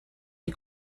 die